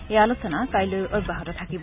এই আলোচনা কাইলৈও অব্যাহত থাকিব